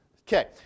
Okay